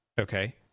Okay